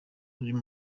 uyu